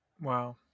Wow